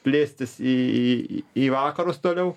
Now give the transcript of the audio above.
plėstis į į į vakarus toliau